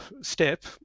step